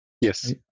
Yes